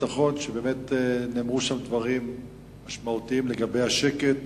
וביטחון באמת נאמרו דברים משמעותיים לגבי השקט